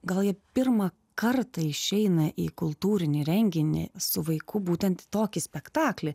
gal jie pirmą kartą išeina į kultūrinį renginį su vaiku būtent tokį spektaklį